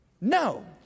No